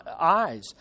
eyes